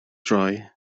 droi